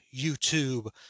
YouTube